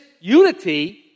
unity